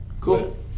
Cool